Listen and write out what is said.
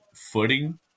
footing